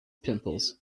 pimples